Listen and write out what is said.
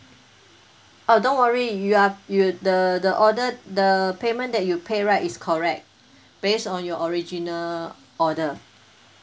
oh don't worry you are you the the order the payment that you pay right is correct based on your original order